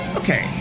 okay